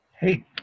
Hey